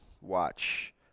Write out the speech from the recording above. watch